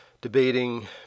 Debating